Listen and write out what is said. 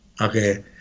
okay